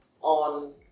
on